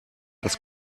das